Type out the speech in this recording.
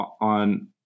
on